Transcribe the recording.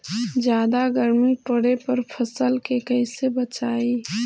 जादा गर्मी पड़े पर फसल के कैसे बचाई?